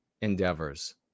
endeavors